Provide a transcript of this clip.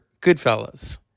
Goodfellas